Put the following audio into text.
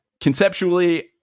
conceptually